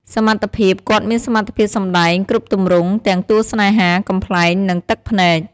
សមត្ថភាព គាត់មានសមត្ថភាពសម្ដែងគ្រប់ទម្រង់ ទាំងតួស្នេហា កំប្លែង និងទឹកភ្នែក។